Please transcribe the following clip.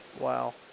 Wow